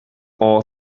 all